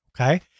okay